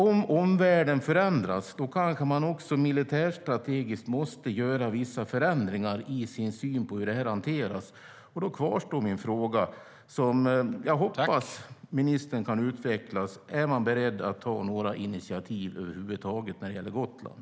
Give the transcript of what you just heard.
Om omvärlden förändras måste man militärstrategiskt kanske göra vissa förändringar i synen på hur det här hanteras. Då kvarstår min fråga som jag hoppas att ministern kan utveckla: Är man beredd att ta några initiativ över huvud taget när det gäller Gotland?